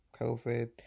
COVID